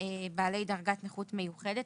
בעלי דרגת נכות מיוחדת,